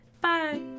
Bye